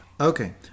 Okay